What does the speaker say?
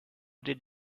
did